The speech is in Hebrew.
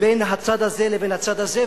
בין הצד הזה לבין הצד הזה,